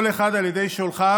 כל אחד על ידי שולחיו,